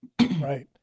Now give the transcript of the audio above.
right